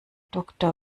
doktor